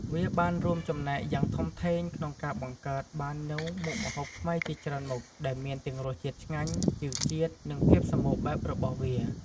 វាបានចូលរួមចំណែកយ៉ាងធំធេងក្នុងការបង្កើតបាននូវមុខម្ហូបខ្មែរជាច្រើនមុខ ដែលមានទាំងរសជាតិឆ្ងាញ់ ជីវជាតិ និងភាពសម្បូរបែបរបស់វា។